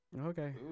Okay